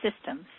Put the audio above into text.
systems